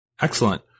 Excellent